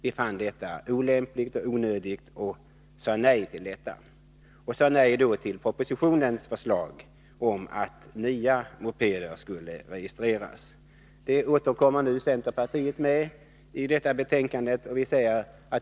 Vi fann detta olämpligt och onödigt och sade nej till förslaget i propositionen att nya mopeder skulle registreras. Det förslaget återkommer nu centern med i detta betänkande.